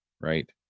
right